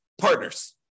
partners